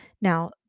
Now